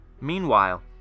Meanwhile